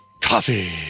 coffee